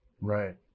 right